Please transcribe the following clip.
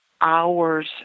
hours